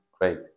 great